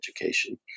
education